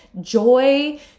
joy